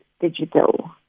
digital